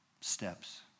steps